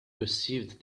perceived